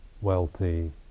wealthy